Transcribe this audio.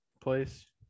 place